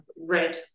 red